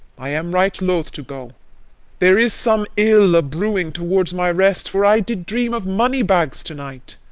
i am right loath to go there is some ill a-brewing towards my rest, for i did dream of money-bags to-night.